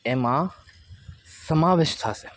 એમાં સમાવેશ થશે